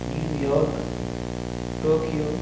New York Tokyo